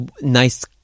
nice